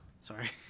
Sorry